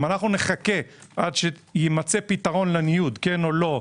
אם נחכה עד שיימצא פתרון לניוד או לא,